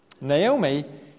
Naomi